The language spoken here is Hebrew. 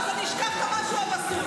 אני אשכח את המשהו הפסול.